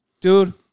Dude